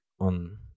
on